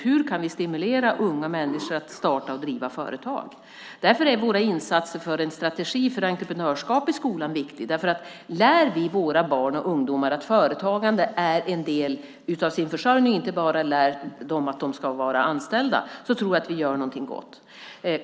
Hur kan vi stimulera unga människor till att starta och driva företag? Därför är våra insatser för en strategi för entreprenörskap i skolan viktiga. Lär vi våra barn och ungdomar att företagande är en del av deras försörjning och inte bara att de ska vara anställda tror jag nämligen att vi gör någonting gott.